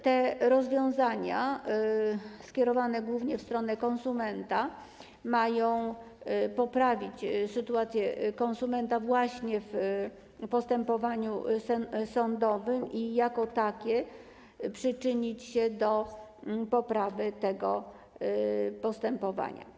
Te rozwiązania, skierowane głównie w stronę konsumenta, mają poprawić sytuację konsumenta właśnie w postępowaniu sądowym i jako takie przyczynić się do poprawy w zakresie tego postępowania.